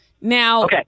Now